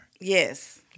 Yes